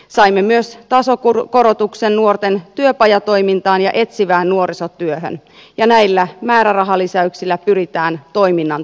saimme myös tasokorotuksen nuorten työpajatoimintaan ja etsivään nuorisotyöhön ja näillä määrärahalisäyksillä pyritään toiminnan turvaamiseen